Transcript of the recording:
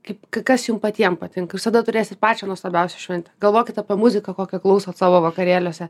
kaip kas jum patiems patinka visada turėsit pačią nuostabiausią šventę galvokit apie muziką kokią klausot savo vakarėliuose